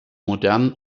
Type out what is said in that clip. modernen